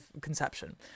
conception